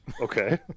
Okay